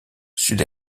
sud